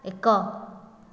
ଏକ